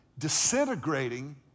disintegrating